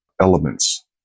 elements